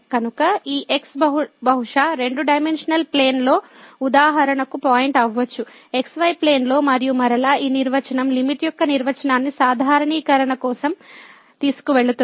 కనుక ఈ x బహుశా రెండు డైమెన్షనల్ ప్లేన్ లో ఉదాహరణ కు పాయింట్ అవ్వచ్చు xy ప్లేన్లో మరియు మరలా ఈ నిర్వచనం లిమిట యొక్క నిర్వచనాన్ని సాధారణీకరణ కోసం తీసుకువెళుతుంది